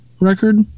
record